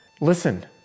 Listen